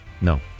no